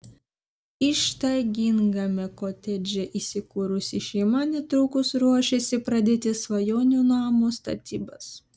ištaigingame kotedže įsikūrusi šeima netrukus ruošiasi pradėti svajonių namo statybas